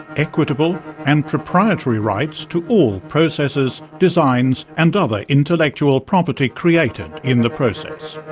equitable and proprietary rights to all processes, designs and other intellectual property created in the process.